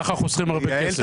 כך חוסכים הרבה כסף.